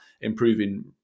improving